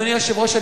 אדוני היושב-ראש,